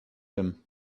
him